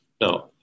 No